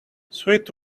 sweet